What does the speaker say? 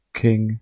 king